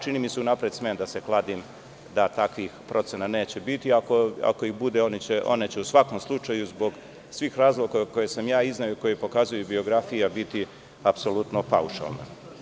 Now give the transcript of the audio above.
Čini mi se, unapred smem da se kladim, da takvih procena neće biti, ako ih bude one će u svakom slučaju zbog svih razloga koje sam ja izneo i koje pokazuje biografija, biti apsolutno paušalna.